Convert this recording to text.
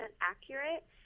accurate